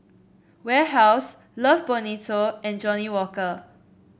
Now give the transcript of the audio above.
Warehouse Love Bonito and Johnnie Walker